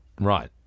Right